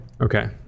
Okay